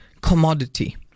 commodity